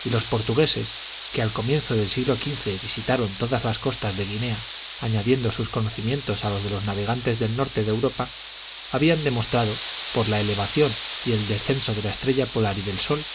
y los portugueses que al comienzo del siglo xv visitaron todas las costas de guinea añadiendo sus conocimientos a los de los navegantes del norte de europa habían demostrado por la elevación y el descenso de la estrella polar y del sol